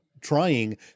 trying